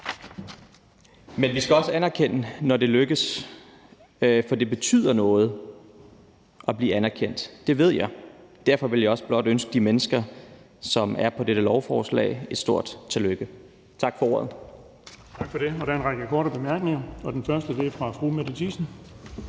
men vi skal også anerkende, når det lykkes, for det betyder noget at blive anerkendt. Det ved jeg. Derfor vil jeg også blot ønske de mennesker, som er på dette lovforslag, et stort tillykke. Tak for ordet.